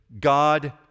God